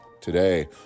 today